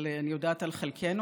אבל אני יודעת על חלקנו,